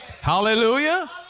Hallelujah